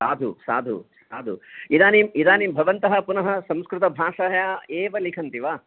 साधु साधु साधु इदानीं इदानीं भवन्तः पुनः संस्कृतभाषायाम् एव लिखन्ति वा